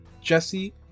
Jesse